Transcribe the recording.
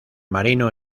marino